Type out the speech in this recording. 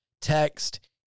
text